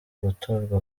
gutorwa